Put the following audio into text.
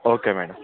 okay madam